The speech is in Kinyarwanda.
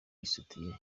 isutiye